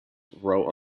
wrote